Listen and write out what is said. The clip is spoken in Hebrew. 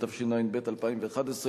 התשע"ב 2011,